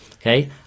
okay